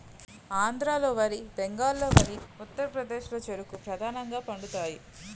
ఆంధ్రాలో వరి బెంగాల్లో వరి ఉత్తరప్రదేశ్లో చెరుకు ప్రధానంగా పండుతాయి